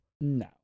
No